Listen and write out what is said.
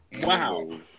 wow